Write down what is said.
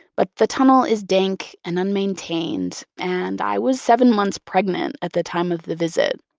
but the tunnel is dank and unmaintained, and i was seven months pregnant at the time of the visit.